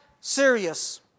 serious